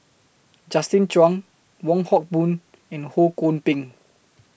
Justin Zhuang Wong Hock Boon and Ho Kwon Ping